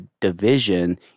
division